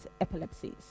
epilepsies